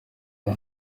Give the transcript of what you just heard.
nta